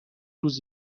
روز